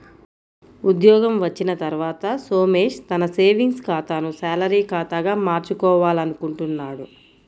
ఉద్యోగం వచ్చిన తర్వాత సోమేష్ తన సేవింగ్స్ ఖాతాను శాలరీ ఖాతాగా మార్చుకోవాలనుకుంటున్నాడు